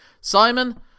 Simon